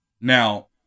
Now